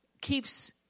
keeps